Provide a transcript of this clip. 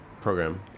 program